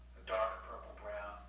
dark purple brown.